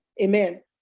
Amen